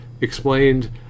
explained